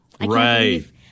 Right